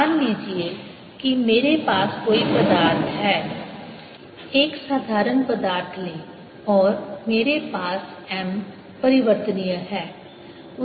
मान लीजिए कि मेरे पास कोई पदार्थ है एक साधारण पदार्थ लें और मेरे पास M परिवर्तनीय है